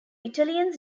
italians